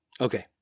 Okay